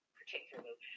particularly